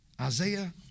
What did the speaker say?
Isaiah